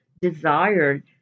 desired